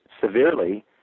severely